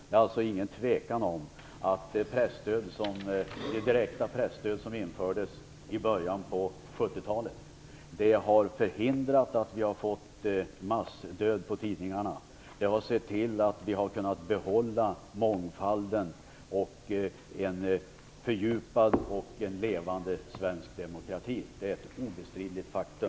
Det är ingen tvekan om att det direkta presstödet som infördes i början av 70-talet har förhindrat en massdöd bland tidningarna och sett till att vi har kunnat behålla mångfalden och en fördjupad och levande svensk demokrati. Det är ett obestridligt faktum.